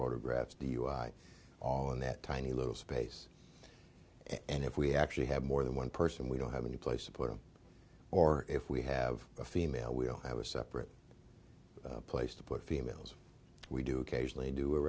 photographs dui all in that tiny little space and if we actually have more than one person we don't have any place to put them or if we have a female we'll have a separate place to put females we do occasionally do a